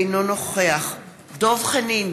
אינו נוכח דב חנין,